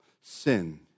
Sin